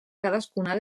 cadascuna